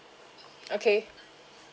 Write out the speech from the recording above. okay